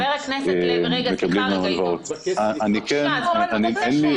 חבר הכנסת לוי, תנו לו לדבר.